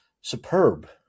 superb